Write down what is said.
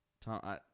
Tom